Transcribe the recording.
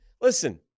listen